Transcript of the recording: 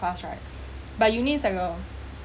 class right but UNI is like a